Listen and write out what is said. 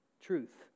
Truth